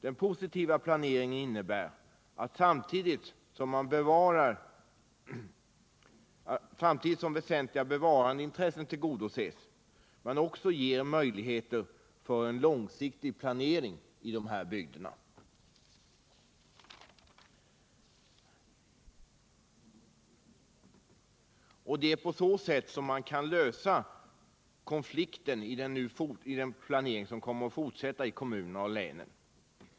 Den positiva planeringen innebär att man samtidigt som väsentliga bevarandeintressen tillgodoses också ger möjligheter för en långsiktig planering i dessa bygder. Det är på det sättet man kan lösa konflikten i denna planering, som kommer att fortsätta i kommunerna och länen.